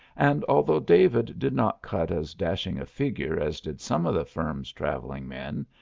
and although david did not cut as dashing a figure as did some of the firm's travelling men,